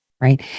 Right